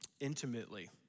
intimately